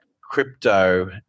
crypto